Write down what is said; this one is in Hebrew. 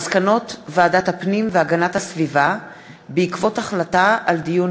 מסקנות ועדת הפנים והגנת הסביבה בעקבות דיון